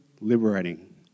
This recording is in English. liberating